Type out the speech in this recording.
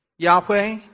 Yahweh